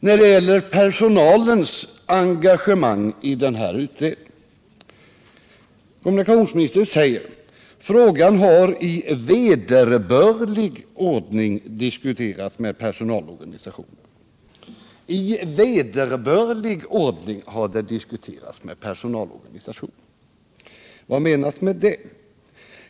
— när det gäller personalens engagemang i den här utredningen: ”Frågan har i vederbörlig ordning diskuterats med personalorganisationerna.” I vederbörlig ordning har den diskuterats med personalorganisationerna — vad menas med det?